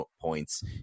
points